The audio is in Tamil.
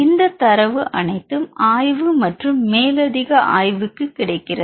இந்த தரவு அனைத்தும் ஆய்வு மற்றும் மேலதிக ஆய்வுக்கு கிடைக்கிறது